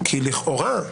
כי לכאורה,